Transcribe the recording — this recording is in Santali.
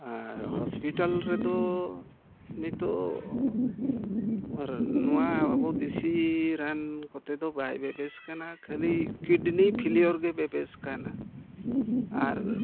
ᱟᱨ ᱦᱚᱥᱯᱤᱴᱟᱞ ᱨᱮᱫᱚ ᱱᱤᱛᱚᱜ ᱱᱚᱣᱟ ᱫᱮᱥᱤ ᱨᱟᱱ ᱠᱚᱛᱮ ᱫᱚ ᱵᱟᱭ ᱵᱮᱵᱮᱥ ᱠᱟᱱᱟ ᱠᱷᱟᱹᱞᱤ ᱠᱤᱰᱱᱤ ᱯᱷᱞᱤᱭᱳᱨ ᱜᱮ ᱵᱮᱵᱮᱥ ᱠᱟᱱᱟ ᱟᱨ